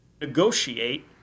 negotiate